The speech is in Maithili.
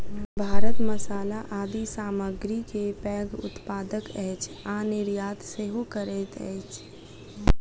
भारत मसाला आदि सामग्री के पैघ उत्पादक अछि आ निर्यात सेहो करैत अछि